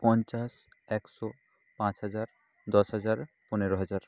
পঞ্চাশ একশো পাঁচ হাজার দশ হাজার পনেরো হাজার